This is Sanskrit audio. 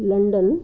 लन्डन्